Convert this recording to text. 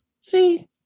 see